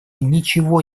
ничего